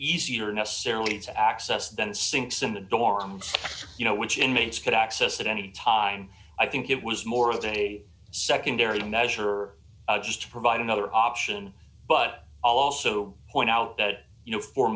easier necessarily to access than sinks into dorms you know which inmates could access at any time i think it was more of a secondary measure or just provide another option but i'll also point out that you know for